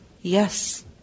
Yes